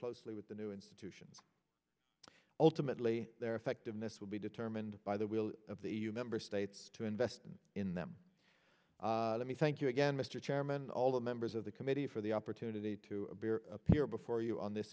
closely with the new institutions ultimately their effectiveness will be determined by the will of the member states to invest in them let me thank you again mr chairman and all the members of the committee for the opportunity to appear before you on this